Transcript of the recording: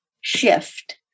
shift